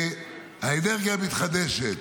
האנרגיה המתחדשת